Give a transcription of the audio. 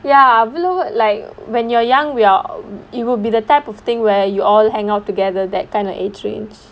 ya அவ்வளவு:avvalavu like when you're young you are you will be the type of thing where you all hang out together that kind of age range